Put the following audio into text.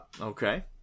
Okay